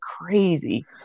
crazy